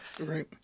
Right